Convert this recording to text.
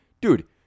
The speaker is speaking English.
dude